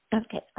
Okay